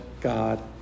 God